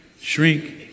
shrink